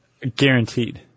Guaranteed